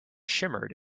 shimmered